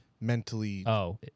mentally